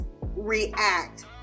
react